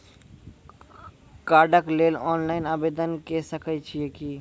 कार्डक लेल ऑनलाइन आवेदन के सकै छियै की?